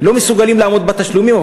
לא מסוגלים לעמוד בתשלומים,